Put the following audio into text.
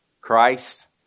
Christ